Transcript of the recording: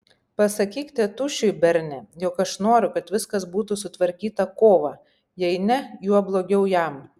pasakyk tėtušiui berne jog aš noriu kad viskas būtų sutvarkyta kovą jei ne juo blogiau jam